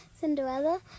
Cinderella